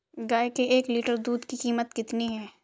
गाय के एक लीटर दूध की कीमत कितनी है?